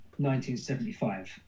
1975